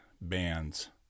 bands